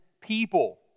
people